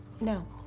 No